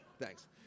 Thanks